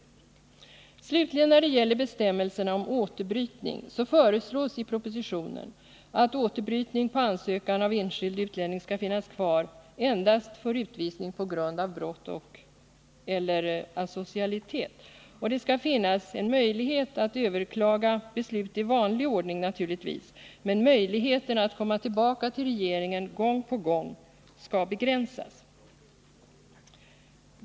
Vad slutligen gäller bestämmelserna om återbrytning föreslås i propositionen att återbrytning på ansökan av enskild utlänning skall finnas kvar endast för utvisning på grund av brott eller asocialitet. Det skall naturligtvis finnas möjlighet att överklaga beslut i vanlig ordning. men möjligheten att komma tillbaka till regeringen gång på gång skall begränsas.